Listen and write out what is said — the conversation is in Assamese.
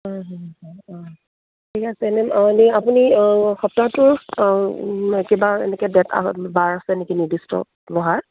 অঁ অঁ ঠিক আছে এনেই মেম এনেই আপুনি সপ্তাহটোৰ কিবা এনেকৈ ডেট বাৰ আছে নেকি নিৰ্দিষ্ট বহাৰ